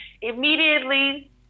immediately